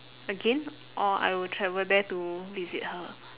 again or I will travel there to visit her